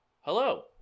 hello